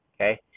okay